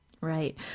Right